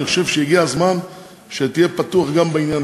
אני חושב שהגיע הזמן שתהיה פתוח גם בעניין